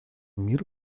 мир